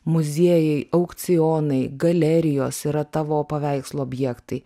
muziejai aukcionai galerijos yra tavo paveikslo objektai